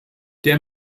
der